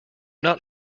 not